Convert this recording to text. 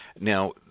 Now